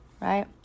Right